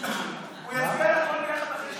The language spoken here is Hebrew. הוא יצביע על הכול ביחד אחרי זה.